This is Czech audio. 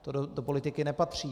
To do politiky nepatří!